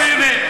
לפלסטינים.